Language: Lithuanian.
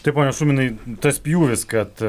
tai pone šuminai tas pjūvis kad